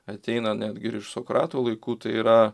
ateina netgi iš sokrato laikų tai yra